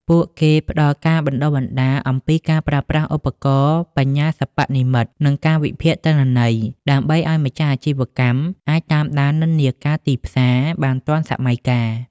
ពួកគេផ្ដល់ការបណ្ដុះបណ្ដាលអំពីការប្រើប្រាស់ឧបករណ៍បញ្ញាសិប្បនិម្មិត និងការវិភាគទិន្នន័យ ដើម្បីឱ្យម្ចាស់អាជីវកម្មអាចតាមដាននិន្នាការទីផ្សារបានទាន់សម័យកាល។